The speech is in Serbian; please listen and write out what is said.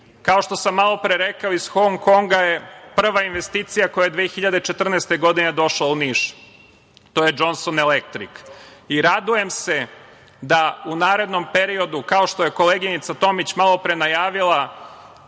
što sam malopre rekao, iz Hong Konga je prva investicija koja je 2014. godine došla u Niš. To je „Džonson elektrik“ i radujem se da u narednom periodu, kao što je koleginica Tomić malopre najavila